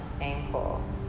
ankle